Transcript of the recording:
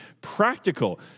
practical